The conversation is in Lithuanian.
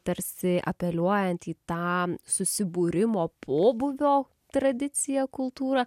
tarsi apeliuojant į tą susibūrimo pobūvio tradiciją kultūrą